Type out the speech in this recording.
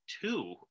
two